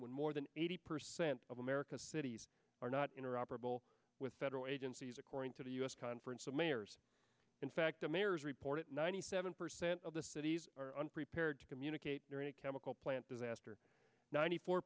when more than eighty percent of america's cities are not in or operable with federal agencies according to the u s conference of mayors in fact the mayor is reported ninety seven percent of the city's unprepared to communicate during a chemical plant disaster ninety four